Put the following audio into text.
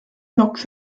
knocks